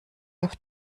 auf